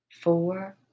four